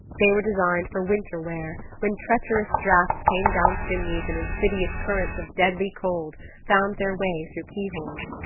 they were designed for winter wear, when treacherous drafts came down chimneys and insidious currents of deadly cold found their way through key-holes.